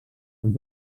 els